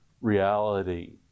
reality